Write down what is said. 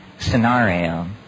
scenario